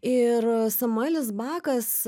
ir samuelis bakas